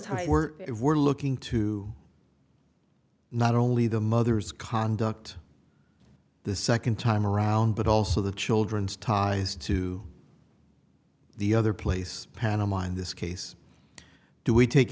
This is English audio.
time were if we're looking to not only the mothers conduct the second time around but also the children's ties to the other place panama in this case do we take